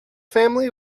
family